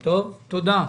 טוב, תודה.